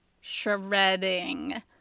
shredding